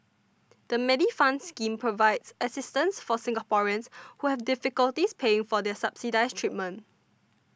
the Medifund scheme provides assistance for Singaporeans who have difficulties paying for subsidized treatment